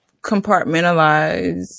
compartmentalize